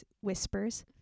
whispers